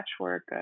patchwork